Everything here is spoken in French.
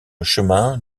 chemin